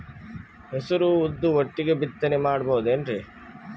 ಹೆಸರು ಉದ್ದು ಒಟ್ಟಿಗೆ ಬಿತ್ತನೆ ಮಾಡಬೋದೇನ್ರಿ?